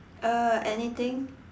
uh anything